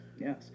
yes